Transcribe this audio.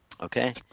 okay